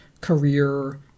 career